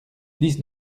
dix